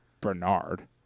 Bernard